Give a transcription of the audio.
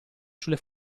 sulle